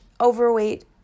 overweight